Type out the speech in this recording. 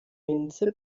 minze